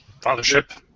Fathership